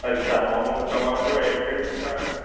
अच्छा ऐं तव्हांजो एड्रेस छा आहे